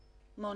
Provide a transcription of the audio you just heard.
לא,